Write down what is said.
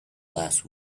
last